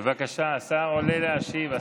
בבקשה, השר עולה להשיב.